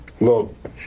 Look